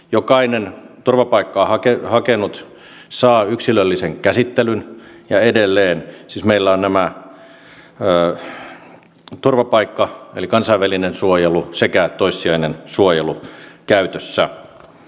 jokainen turvapaikkaa hakenut saa yksilöllisen käsittelyn ja edelleen siis meillä on turvapaikka eli kansainvälinen suojelu sekä toissijainen suojelu käytössä